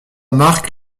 marque